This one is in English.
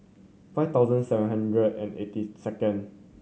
five thousand seven hundred and eighty second